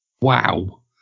wow